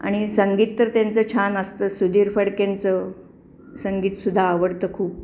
आणि संगीत तर त्यांचं छान असतं सुधीर फडकेंचं संगीत सुद्धा आवडतं खूप